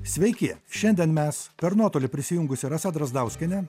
sveiki šiandien mes per nuotolį prisijungusi rasa drazdauskienė